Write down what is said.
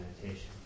meditation